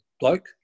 bloke